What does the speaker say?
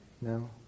No